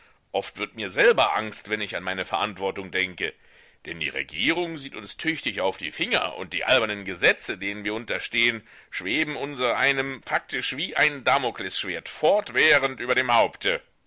oft wird mir selber angst wenn ich an meine verantwortung denke denn die regierung sieht uns tüchtig auf die finger und die albernen gesetze denen wir unterstehen schweben unsereinem faktisch wie ein damoklesschwert fortwährend über dem haupte